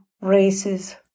races